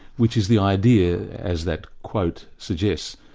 which is the idea as that quote suggests,